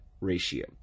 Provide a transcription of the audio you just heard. ratio